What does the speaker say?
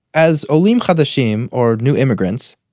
as olim hadashim, or new immigrants,